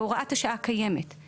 בהוראת השעה הקיימת,